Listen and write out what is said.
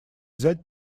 взять